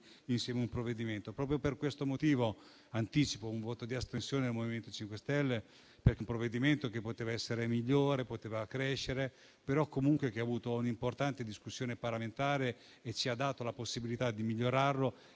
insieme un provvedimento. Proprio per questo anticipo il voto di astensione del MoVimento 5 Stelle, perché il provvedimento poteva essere migliore e crescere, però comunque ha avuto un'importante discussione parlamentare che ci ha dato la possibilità di migliorarlo